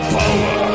power